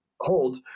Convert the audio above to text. hold